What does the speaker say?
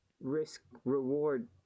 risk-reward